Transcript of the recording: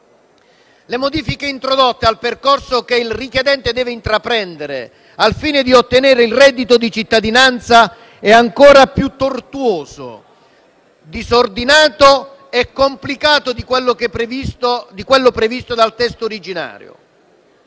Le modifiche introdotte al percorso che il richiedente deve intraprendere al fine di ottenere il reddito di cittadinanza lo rendono ancora più tortuoso, disordinato e complicato di quello previsto dal testo originario,